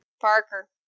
Parker